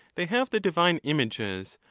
they have the divine images,